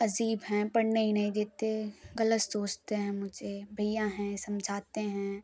अजीब हैं पढ़ने ही नहीं देते गलत सोचते हैं मुझे भईया हैं समझाते हैं